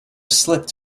slipped